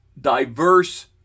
diverse